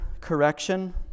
correction